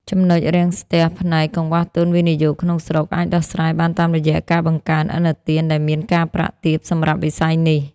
ចំណុចរាំងស្ទះផ្នែក "កង្វះទុនវិនិយោគក្នុងស្រុក" អាចដោះស្រាយបានតាមរយៈការបង្កើនឥណទានដែលមានការប្រាក់ទាបសម្រាប់វិស័យនេះ។